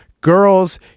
Girls